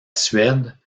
suède